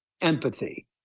empathy